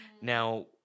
Now